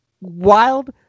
Wild